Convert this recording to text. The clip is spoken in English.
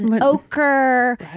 ochre